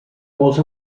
molts